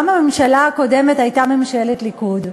גם הממשלה הקודמת הייתה ממשלת ליכוד,